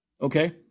okay